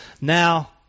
Now